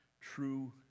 true